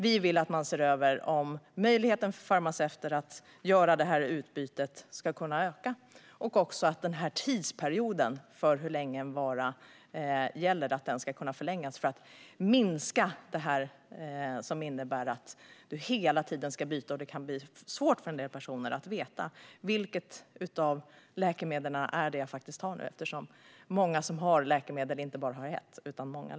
Vi vill att man ska se över möjligheten för farmaceuter att göra detta byte och att förlänga den tidsperiod som ett visst läkemedel gäller för att minska det ständiga bytandet. Det kan bli svårt för en del personer att veta vilket av läkemedlen de faktiskt tar. Många som tar läkemedel tar inte bara ett läkemedel utan flera.